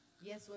Yes